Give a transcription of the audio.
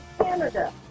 Canada